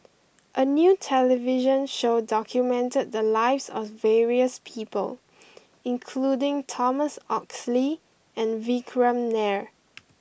a new television show documented the lives of various people including Thomas Oxley and Vikram Nair